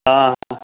हँ